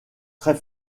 très